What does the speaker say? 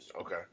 okay